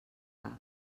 cap